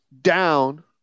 down